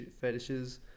fetishes